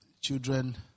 Children